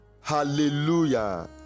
hallelujah